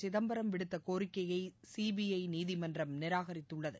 சிதப்பரம் விடுத்த கோரிக்கை சிபிஐ நீதிமன்றம் நிராகரித்துள்ளது